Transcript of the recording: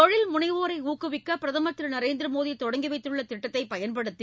தொழில்முனைவோரை ஊக்குவிக்க பிரதமர் திரு நரேந்திர மோடி தொடங்கி வைத்துள்ள திட்டத்தைப் பயன்படுத்தி